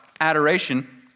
adoration